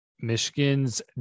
Michigan's